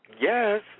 Yes